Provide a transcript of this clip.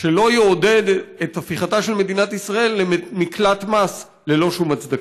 שלא יעודד את הפיכתה של מדינת ישראל למקלט מס ללא שום הצדקה.